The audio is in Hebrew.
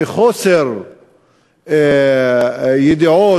מחוסר ידיעות,